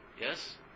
yes